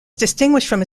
distinguished